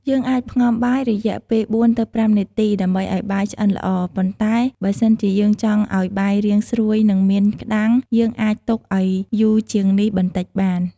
យើងអាចផ្ងំបាយរយៈពេល៤ទៅ៥នាទី ដើម្បីឱ្យបាយឆ្អិនល្អ ប៉ុន្តែ បើសិនជាយើងចង់ឱ្យបាយរាងស្រួយ និងមានក្ដាំង យើងអាចទុកឱ្យយូរជាងនេះបន្តិចបាន។